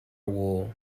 will